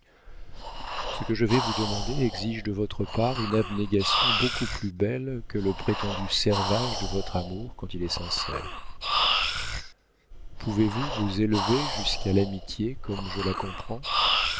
ce que je vais vous demander exige de votre part une abnégation beaucoup plus belle que le prétendu servage de votre amour quand il est sincère pouvez-vous vous élever jusqu'à l'amitié comme je la comprends